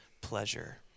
pleasure